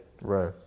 right